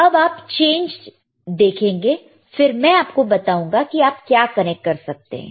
अब आप चेंज देखेंगे फिर मैं आपको बताऊंगा कि आप क्या कनेक्ट कर सकते हैं